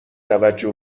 توجه